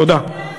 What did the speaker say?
תודה.